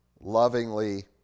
lovingly